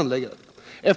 Enligt